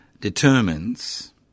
determines